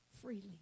freely